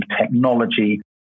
technology